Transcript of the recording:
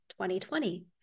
2020